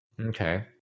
Okay